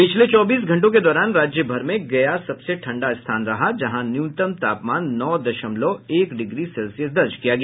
पिछले चौबीस घंटों के दौरान राज्यभर में गया सबसे ठंडा स्थान रहा जहां न्यूनतम तापमान नौ दशमलव एक डिग्री सेल्सियस दर्ज किया गया